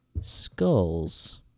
skulls